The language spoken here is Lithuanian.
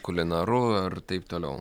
kulinaru ar taip toliau